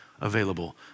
available